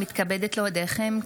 אני מתכבדת להודיעכם,